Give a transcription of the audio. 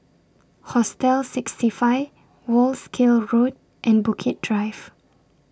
Hostel sixty five Wolskel Road and Bukit Drive